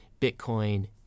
Bitcoin